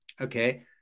Okay